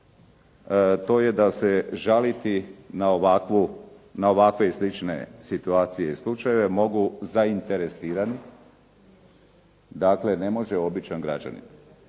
to je da se žaliti na ovakve i slične situacije i slučajeve mogu zainteresirani, dakle ne može običan građanin.